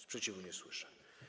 Sprzeciwu nie słyszę.